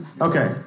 okay